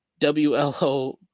Wlo